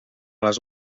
les